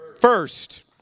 first